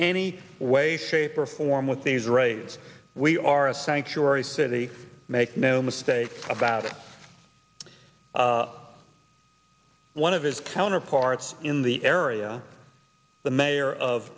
any way shape or form with these raids we are a sanctuary city make no mistake about it one of his counterparts in the area the mayor of